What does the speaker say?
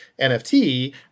NFT